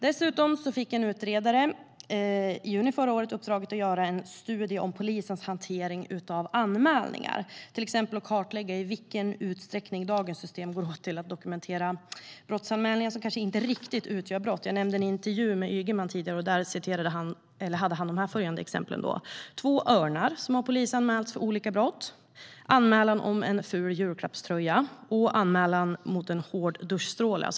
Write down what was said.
Dessutom fick en utredare i juni förra året uppdraget att göra en studie om polisens hantering av anmälningar, till exempel att kartlägga i vilken utsträckning dagens system går åt till att dokumentera brottsanmälningar som inte riktigt utgör brott. Jag nämnde tidigare en intervju med Ygeman. Där gav han följande exempel: Två örnar som har polisanmälts för olika brott, anmälan om en ful julklappströja och en anmälan om en hård duschstråle.